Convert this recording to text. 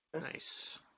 Nice